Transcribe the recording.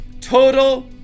total